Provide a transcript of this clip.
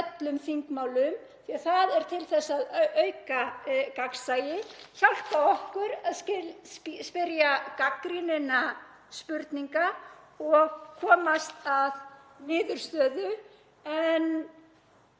það er til þess að auka gagnsæi, hjálpa okkur að spyrja gagnrýninna spurninga og komast að niðurstöðu. En